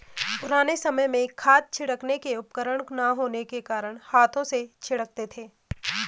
पुराने समय में खाद छिड़कने के उपकरण ना होने के कारण हाथों से छिड़कते थे